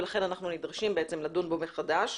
ולכן אנחנו נדרשים לדון בו מחדש.